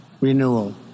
renewal